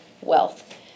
wealth